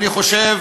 אני חושב,